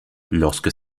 lorsque